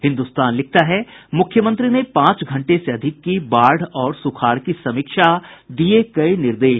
हिन्दुस्तान लिखता है मुख्यमंत्री ने पांच घंटे से अधिक की बाढ़ और सुखाड़ की समीक्षा दिये कई निर्देश